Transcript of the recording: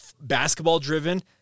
basketball-driven